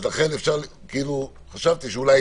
לכן חשבתי שאולי